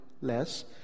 less